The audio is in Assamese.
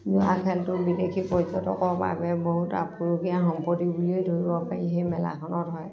জুৱা খেলটো বিদেশী পৰ্যটকৰ বাবে বহুত আপুৰুগীয়া সম্পত্তি বুলিয়েই ধৰিব পাৰি সেই মেলাখনত হয়